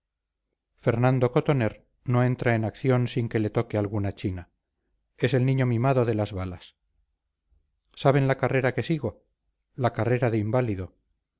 fernando cotoner no entra en acción sin que le toque alguna china es el niño mimado de las balas saben la carrera que sigo la carrera de inválido